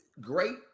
great